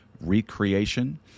recreation